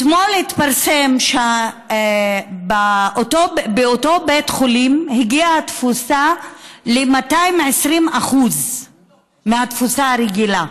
אתמול התפרסם שבאותו בית חולים הגיעה התפוסה ל-220% מהתפוסה הרגילה.